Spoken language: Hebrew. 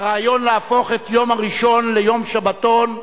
הרעיון להפוך את יום ראשון ליום שבתון,